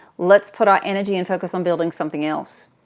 let's put our energy and focus on building something else.